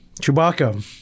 Chewbacca